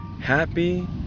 happy